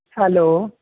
hello